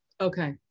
Okay